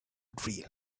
drill